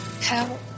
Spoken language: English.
Help